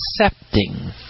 accepting